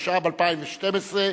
התשע"ב 2012,